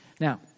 Now